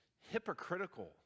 hypocritical